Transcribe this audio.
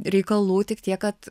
reikalų tik tiek kad